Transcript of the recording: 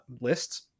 lists